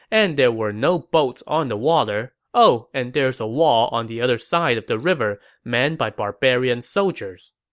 and there were no boats on the water. oh and there's a wall on the other side of the river, manned by barbarian soldiers.